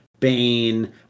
Bane